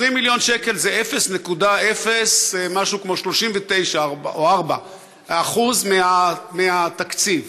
20 מיליון שקל זה 0.039% או 0.034% מהתקציב.